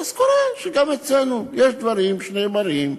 אז קורה שגם אצלנו יש דברים שנאמרים,